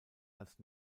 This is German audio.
als